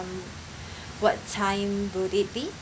what time will it be